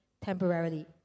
temporarily